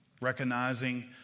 recognizing